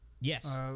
yes